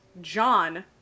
John